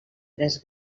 tres